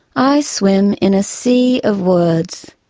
i swim in a sea of words.